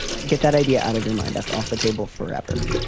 get that idea out of your mind. that's off the table forever.